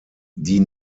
die